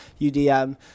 UDM